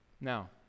Now